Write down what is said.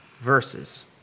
verses